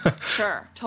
sure